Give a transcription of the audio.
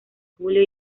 julio